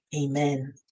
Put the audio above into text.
amen